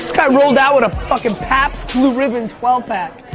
guy rolled out with a fucking pabst blue ribbon twelve pack.